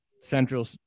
central